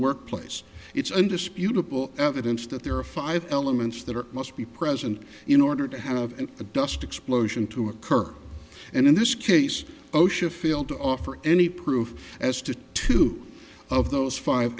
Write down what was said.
workplace it's undisputable evidence that there are five elements that are must be present in order to have a dust explosion to occur and in this case osha feel to offer any proof as to two of those five